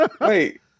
Wait